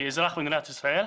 כאזרח מדינת ישראל.